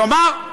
כלומר,